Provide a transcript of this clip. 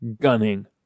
gunning